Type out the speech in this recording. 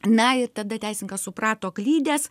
na ir tada teisininkas suprato klydęs